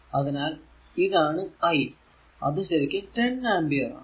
അതിനാൽ ഇതാണ് I അത് ശരിക്കും 10 ആമ്പിയർ ആണ്